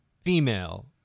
female